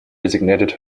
designated